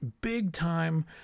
big-time